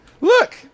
Look